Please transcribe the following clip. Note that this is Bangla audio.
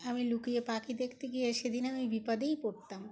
আমি লুকিয়ে পাখি দেখতে গিয়ে সেদিন আমি বিপদেই পড়তাম